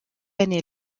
année